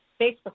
Facebook